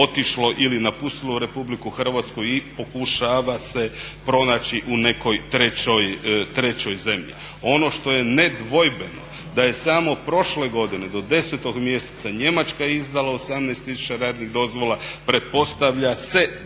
otišlo ili napustilo Republiku Hrvatsku i pokušava se pronaći u nekoj trećoj zemlji. Ono što je nedvojbeno, da je samo prošle godine do 10. mjeseca Njemačka izdala 18 000 radnih dozvola, pretpostavlja se do kraja